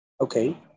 okay